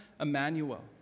Emmanuel